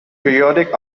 periodic